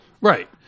Right